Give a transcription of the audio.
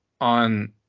on